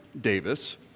Davis